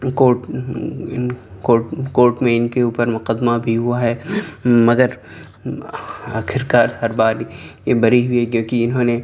court court court میں ان کے اوپر مقدمہ بھی ہوا ہے مگر آخرکار ہر بار یہ بری ہوئے کیونکہ انہوں نے